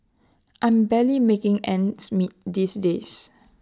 I'm barely making ends meet these days